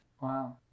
Wow